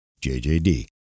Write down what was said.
JJD